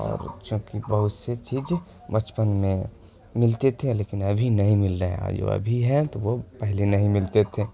اور چونکہ بہت سے چیز بچپن میں ملتے تھے لیکن ابھی نہیں مل رہے ہیں اور جو ابھی ہے تو وہ پہلے نہیں ملتے تھے